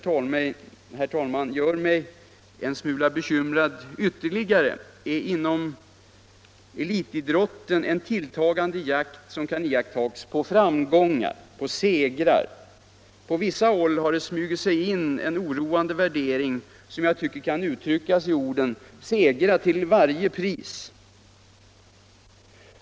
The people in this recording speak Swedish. Vad som gör mig en smula bekymrad ytterligare är en inom elitidrotten tilltagande jakt på framgångar, på segrar. På vissa håll har det smugit sig in en oroväckande värdering, som kan uttryckas med orden ” segra till varje pris”.